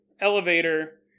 Elevator